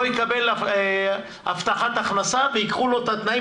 לא יקבל הבטחת הכנסה וייקחו לו את התנאים